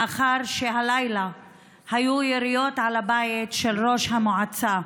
לאחר שהלילה היו יריות על הבית של ראש המועצה.